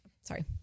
sorry